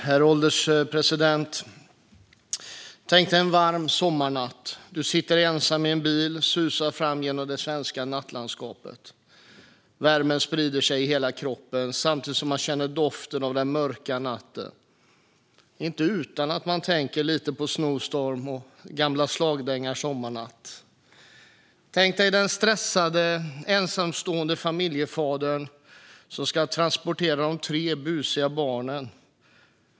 Herr ålderspresident! Tänk dig en varm sommarnatt! Du sitter ensam i en bil och susar fram genom det svenska nattlandskapet. Värmen sprider sig i hela kroppen samtidigt som du känner doften av den mörka natten. Det är inte utan att man tänker lite på Snowstorms gamla slagdänga Sommarnatt . Tänk dig den stressade ensamstående familjefadern som ska transportera de tre busiga barnen!